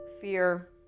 fear